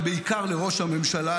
ובעיקר לראש הממשלה,